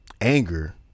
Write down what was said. anger